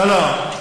לא, לא.